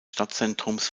stadtzentrums